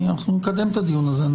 אנחנו נקדם את הדיון הזה,